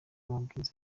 amabwiriza